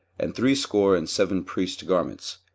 and threescore and seven priests' garments.